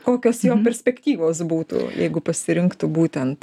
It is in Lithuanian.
kokios perspektyvos būtų jeigu pasirinktų būtent